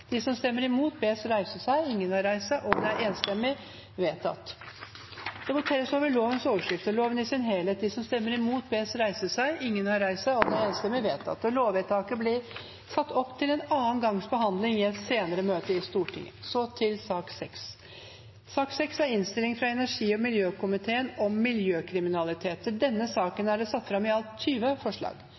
de vil stemme imot. Det voteres over resten av I, samt øvrige romertall. Det voteres over lovens overskrift og loven i sin helhet. Lovvedtaket vil bli satt opp til andre gangs behandling i et senere møte i Stortinget. Under debatten er det satt fram i alt 20 forslag.